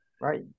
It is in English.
right